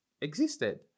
existed